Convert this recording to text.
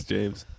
James